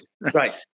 Right